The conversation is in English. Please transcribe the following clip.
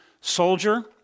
soldier